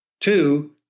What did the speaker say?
Two